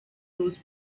those